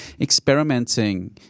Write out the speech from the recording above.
experimenting